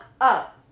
up